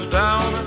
down